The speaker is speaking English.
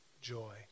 joy